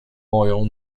moją